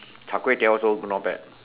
char-kway-teow also not bad